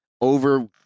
over